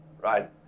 right